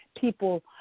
people